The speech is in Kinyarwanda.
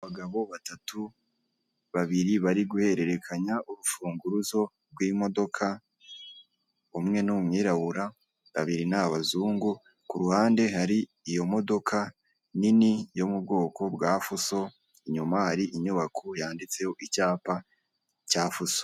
Abagabo batatu, babiri bari guhererekanya urufunguzo rw'imodoka, umwe ni umwirabura, babiri ni abazungu, ku ruhande hari iyo modoka nini yo mu bwoko bwa fuso, inyuma hari inyubako yanditseho icyapa cya fuso.